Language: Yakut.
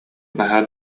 наһаа